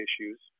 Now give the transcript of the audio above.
issues